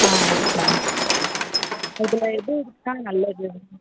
ஆ yes ma'am அதில் எது எடுத்தால் நல்லது மேம்